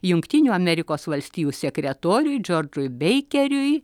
jungtinių amerikos valstijų sekretoriui džordžui beikeriui